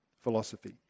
philosophy